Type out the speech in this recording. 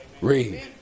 Read